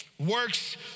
Works